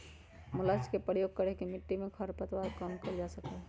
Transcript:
mulch के प्रयोग करके मिट्टी में खर पतवार कम कइल जा सका हई